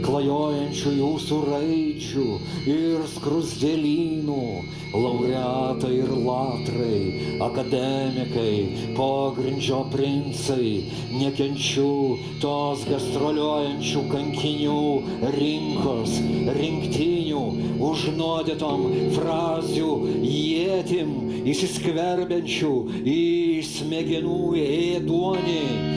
klajojančių jūsų raidžių ir skruzdėlynų laureatai ir latrai akademikai pogrindžio princai nekenčiu tos gastroliuojančių kankinių rinkos rinktinių užnuodytom frazių ietim įsiskverbiančių į smegenų ėduonį